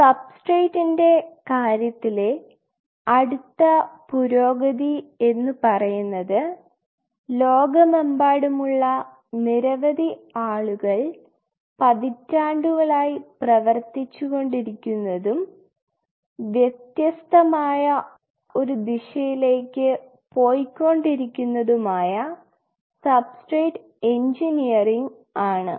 സബ്സ്ട്രേറ്റ്റ്റിനെ കാര്യത്തിലെ അടുത്ത പുരോഗതി എന്ന് പറയുന്നത് ലോകമെമ്പാടുമുള്ള നിരവധി ആളുകൾ പതിറ്റാണ്ടുകളായി പ്രവർത്തിച്ചുകൊണ്ടിരിക്കുന്നതും വ്യത്യസ്തമായ ഒരു ദിശയിലേക്ക് പോയിക്കൊണ്ടിരിക്കുന്നതുമായ സബ്സ്ട്രേറ്റ് എൻജിനിയറിങ് ആണ്